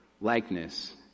likeness